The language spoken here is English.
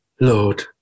Lord